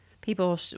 people